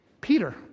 Peter